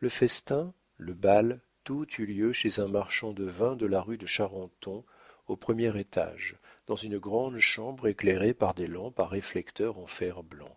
le festin le bal tout eut lieu chez un marchand de vin de la rue de charenton au premier étage dans une grande chambre éclairée par des lampes à réflecteurs en fer-blanc